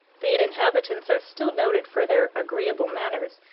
the inhabitants are still noted for their agreeable manners,